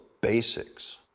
basics